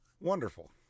Wonderful